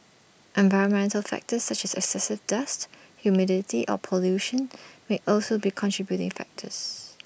environmental factors such as excessive dust humidity or pollution may also be contributing factors